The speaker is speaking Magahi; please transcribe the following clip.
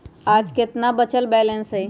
आज केतना बचल बैलेंस हई?